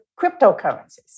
cryptocurrencies